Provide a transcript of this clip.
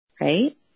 right